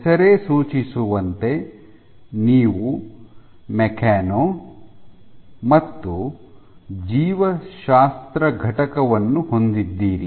ಹೆಸರೇ ಸೂಚಿಸುವಂತೆ ನೀವು ಮೆಕ್ಯಾನೊ ಮತ್ತು ಜೀವಶಾಸ್ತ್ರ ಘಟಕವನ್ನು ಹೊಂದಿದ್ದೀರಿ